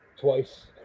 twice